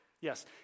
yes